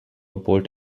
bolt